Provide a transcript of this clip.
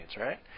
right